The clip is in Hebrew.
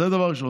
זה דבר ראשון.